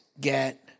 get